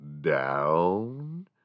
down